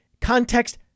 context